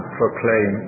proclaim